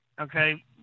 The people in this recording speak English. Okay